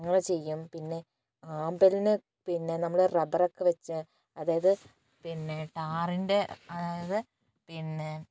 അങ്ങനെചെയ്യും പിന്നെ ആമ്പലിന് പിന്നെ നമ്മള് റബ്ബറൊക്കെവെച്ച് അതായിത് പിന്നെ ടാറിൻ്റെ അതായിത് പിന്നെ